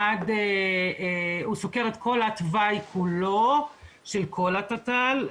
הוא סוקר את כל התוואי כולו של כל התת"ל,